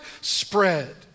spread